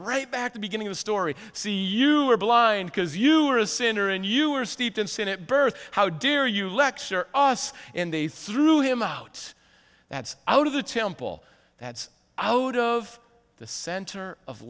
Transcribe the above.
right back to beginning the story see you were blind because you are a sinner and you are steeped in sin at birth how dare you lecture us and they threw him out that's out of the temple that's out of the center of